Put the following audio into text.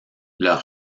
leur